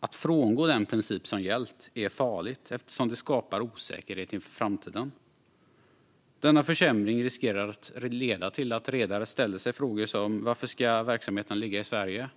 Att frångå den princip som har gällt är farligt eftersom det skapar osäkerhet inför framtiden. Denna försämring riskerar att leda till att redare ställer sig frågor som: Varför ska verksamheten ligga i Sverige?